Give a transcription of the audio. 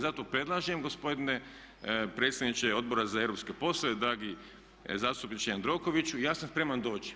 Zato predlažem gospodine predsjedniče Odbora za europske poslove, dragi zastupniče Jandrokoviću ja sam spreman doći.